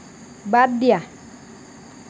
বাদ দিয়া